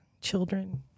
children